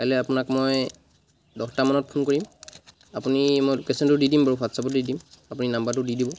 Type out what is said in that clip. কাইলে আপোনাক মই দহটা মানত ফোন কৰিম আপুনি মই লোকেশ্যনটো দি দিম বাৰু হোৱাটচ্আপতে দি দিম আপুনি নাম্বাৰটো দি দিব